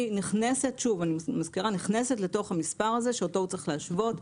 היא נכנסת לתוך המספר הזה שאותו הוא צריך להשוות,